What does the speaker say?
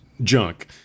junk